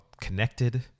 Connected